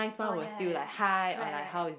oh ya ya ya right right